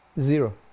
zero